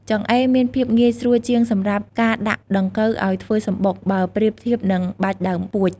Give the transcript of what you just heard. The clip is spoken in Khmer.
ចង្អេរមានភាពងាយស្រួលជាងសម្រាប់ការដាក់ដង្កូវអោយធ្វើសំបុក បើប្រៀបធៀបនឹងបាច់ដើមពួច។